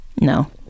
No